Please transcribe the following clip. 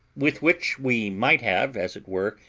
with which we might have, as it were,